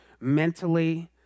mentally